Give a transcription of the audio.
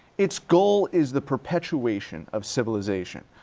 its goal is the perpetuation of civilization,